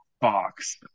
box